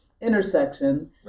intersection